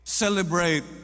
celebrate